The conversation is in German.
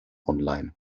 online